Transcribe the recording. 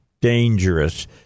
Dangerous